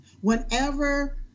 whenever